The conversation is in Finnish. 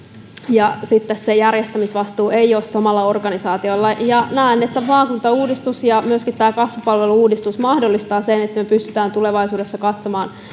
ja sitten se järjestämisvastuu eivät ole samalla organisaatiolla ja näen että maakuntauudistus ja myöskin tämä kasvupalvelu uudistus mahdollistavat sen että me pystymme tulevaisuudessa katsomaan